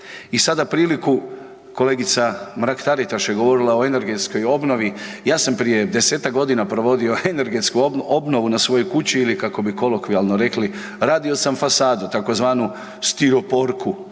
i sada priliku kolegica Mrak Taritaš je govorila o energetskoj obnovi, ja sam prije 10-tak godina provodio energetsku obnovu na svojoj kući ili kako bi kolokvijalno rekli radio sam fasadu tzv. stiroporku.